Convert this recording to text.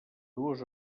dues